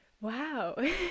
wow